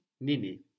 Nini